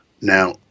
Now